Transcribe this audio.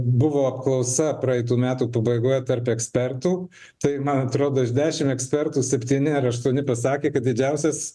buvo apklausa praeitų metų pabaigoje tarp ekspertų tai man atrodo iš dešim ekspertų septyni ar aštuoni pasakė kad didžiausias